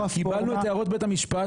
קיבלנו את הערות בית המשפט.